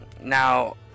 now